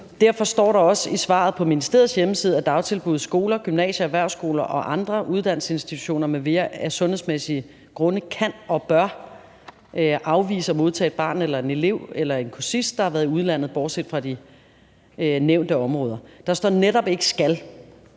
Derfor står der også i svaret på ministeriets hjemmeside, at »dagtilbud, skoler, gymnasier, erhvervsskoler og andre uddannelsesinstitutioner mv. af sundhedsmæssige grunde kan og bør afvise at modtage et barn, en elev eller en kursist, der har været i udlandet, bortset fra de nævnte områder«. Der står netop ikke »skal«,